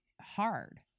hard